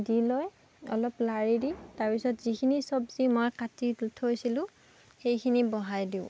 দি লৈ অলপ লাৰি দি তাৰপিছত যিখিনি চবজি মই কাটি থৈছিলোঁ সেইখিনি বহাই দিওঁ